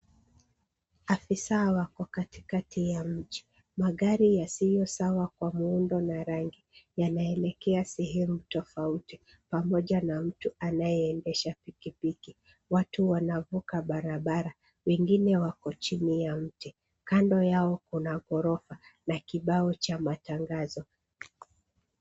Afisa wako katikati ya mji. Magari yasiyo sawa kwa muundo na rangi yanaelekea sehemu tofauti pamoja na mtu anaye endesha pikipiki. Watu wanavuka barabara wengine wako chini ya mti, kando yao kuna gorofa na kibao cha matangazo.